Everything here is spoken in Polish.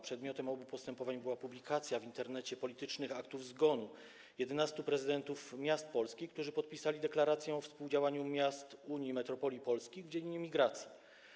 Przedmiotem obu postępowań była publikacja w Internecie politycznych aktów zgonu 11 prezydentów miast polskich, którzy podpisali deklarację o współdziałaniu miast Unii Metropolii Polskich w dziedzinie imigracji.